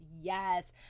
yes